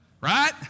Right